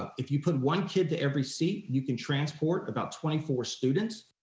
if you put one kid to every seat, you can transport about twenty four students.